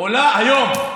עולה היום.